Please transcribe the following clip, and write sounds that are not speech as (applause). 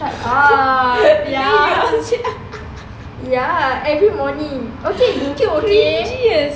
(laughs) (noise)